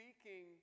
speaking